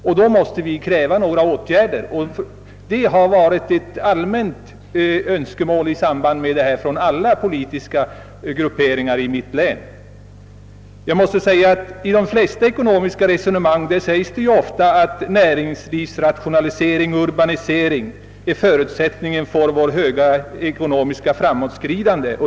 Vi måste kräva åtgärder, vilket har varit ett allmänt önskemål från alla politiska grupperingar i mitt län i samband med dessa friställanden. I de flesta ekonomiska resonemang framhålles att näringslivsrationalisering och urbanisering är förutsättningar för värt snabba ekonomiska framåtskridande.